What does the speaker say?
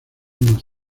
más